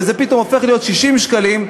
זה פתאום הופך להיות 60 שקלים,